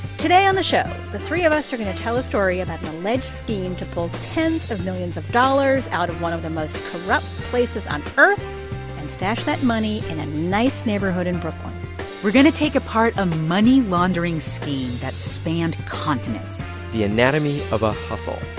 today on the show, the three of us are going to tell a story about an alleged scheme to pull tens of millions of dollars out of one of the most corrupt places on earth and stash that money in a nice neighborhood in brooklyn we're going to take apart a money laundering scheme that spanned continents the anatomy of a hustle.